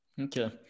okay